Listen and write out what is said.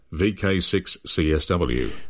VK6CSW